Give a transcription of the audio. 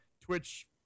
Twitch